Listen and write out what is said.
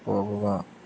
പോവുക